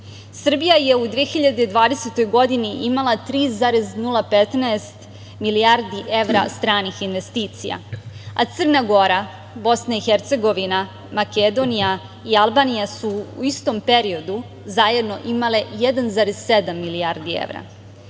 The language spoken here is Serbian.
Srbija je u 2020. godini imala 3,015 milijardi evra stranih investicija, a Crna Gora, BiH, Makedonija i Albanija su u istom periodu zajedno imale 1,7 milijardi evra.